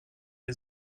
les